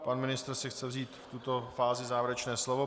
Pan ministr si chce vzít v této fázi závěrečné slovo.